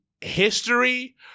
history